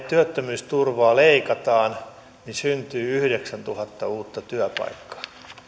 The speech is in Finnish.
työttömyysturvaa leikataan niin syntyy yhdeksäntuhatta uutta työpaikkaa